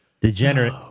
Degenerate